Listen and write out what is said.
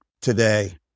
today